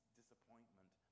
disappointment